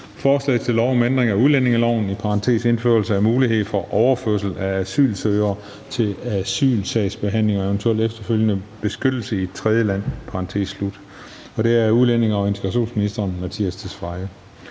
Forslag til lov om ændring af udlændingeloven. (Indførelse af mulighed for overførsel af asylansøgere til asylsagsbehandling og eventuel efterfølgende beskyttelse i tredjelande). Af udlændinge- og integrationsministeren (Mattias Tesfaye).